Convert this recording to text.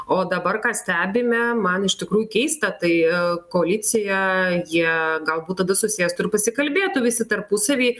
o dabar ką stebime man iš tikrųjų keista tai koalicija jie galbūt tada susėstų ir pasikalbėtų visi tarpusavy